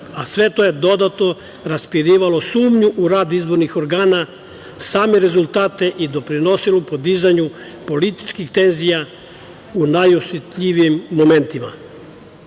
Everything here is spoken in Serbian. a sve to je dodatno raspirivalo sumnju u rad izbornih organa, same rezultate i doprinosilo podizanju političkih tenzija u najosetljivijim momentima. Po